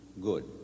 good